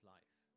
Life